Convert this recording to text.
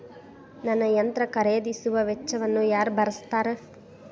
ನನ್ನ ಯಂತ್ರ ಖರೇದಿಸುವ ವೆಚ್ಚವನ್ನು ಯಾರ ಭರ್ಸತಾರ್?